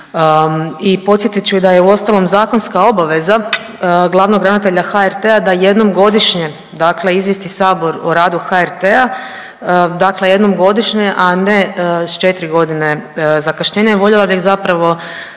I podsjetit ću da je uostalom zakonska obaveza glavnog ravnatelja HRT-a da jednom godišnje dakle izvijesti Sabor o radu HRT-a, dakle jednom godišnje a ne s 4 godine zakašnjenja i voljela bih zapravo